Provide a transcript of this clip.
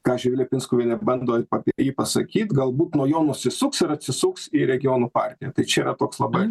ką živilė pinskuvienė bando apie jį pasakyt galbūt nuo jo nusisuks ir atsisuks į regionų partiją tai čiayra toks labai